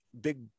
big